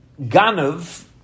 ganav